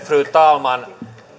fru talman